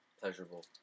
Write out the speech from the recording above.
pleasurable